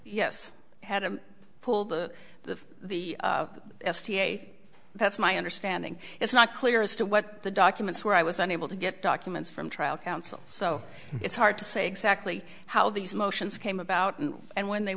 i had to pull the the the s t a that's my understanding it's not clear as to what the documents were i was unable to get documents from trial counsel so it's hard to say exactly how these motions came about and when they